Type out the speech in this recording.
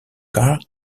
car